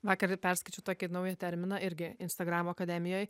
vakar perskaičiau tokį naują terminą irgi instagram akademijoj